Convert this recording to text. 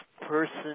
person